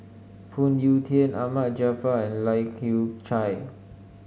Phoon Yew Tien Ahmad Jaafar and Lai Kew Chai